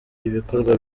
ibikorwa